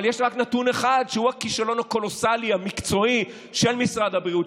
אבל יש רק נתון אחד שהוא הכישלון הקולוסלי המקצועי של משרד הבריאות,